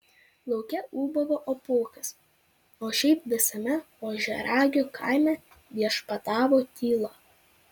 lauke ūbavo apuokas o šiaip visame ožiaragio kaime viešpatavo tyla